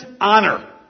honor